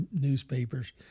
newspapers